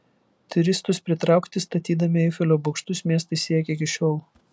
turistus pritraukti statydami eifelio bokštus miestai siekia iki šiol